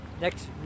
Next